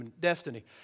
destiny